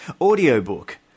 Audiobook